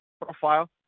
profile